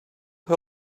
her